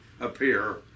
appear